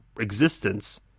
existence